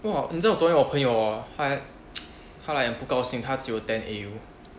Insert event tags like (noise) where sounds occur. !wah! 你知道昨天我朋友 hor 他 (noise) 他 like 很不高兴他只有 ten A_U